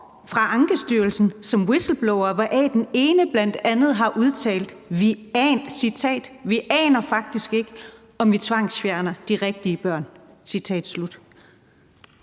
af Ankestyrelsen som whistleblowere, hvoraf den ene bl.a. har udtalt, og jeg citerer: Vi aner faktisk ikke, om vi tvangsfjerner de rigtige børn. Mener